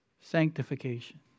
sanctification